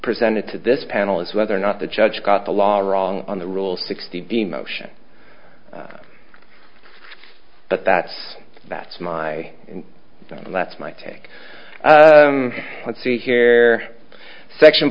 presented to this panel is whether or not the judge got the law wrong on the rules sixty emotion but that's that's my that's my take let's see here section